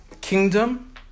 kingdom